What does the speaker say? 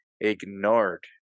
ignored